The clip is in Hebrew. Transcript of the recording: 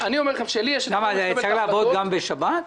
אני אומר לכם שלי יש את האומץ לקבל את ההחלטות